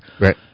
Right